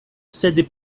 sed